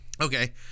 Okay